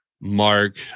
Mark